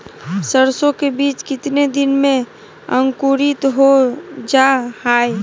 सरसो के बीज कितने दिन में अंकुरीत हो जा हाय?